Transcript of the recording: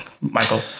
michael